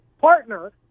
partner